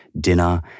dinner